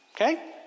Okay